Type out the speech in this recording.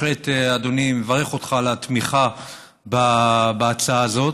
אני בהחלט מברך אותך על התמיכה בהצעה הזאת,